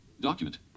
Document